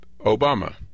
Obama